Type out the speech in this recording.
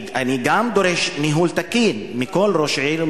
גם אני דורש ניהול תקין מכל ראש עיר,